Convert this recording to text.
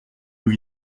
nous